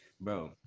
Bro